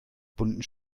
bunten